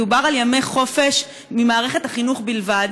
מדובר על ימי חופש ממערכת החינוך בלבד,